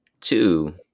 two